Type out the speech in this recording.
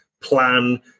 plan